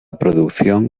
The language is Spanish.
producción